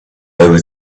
over